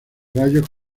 rayos